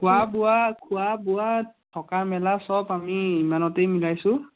কোৱা বোৱা খোৱা বোৱা থকা মেলা চব আমি ইমানতেই মিলাইছোঁ